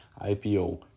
IPO